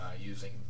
using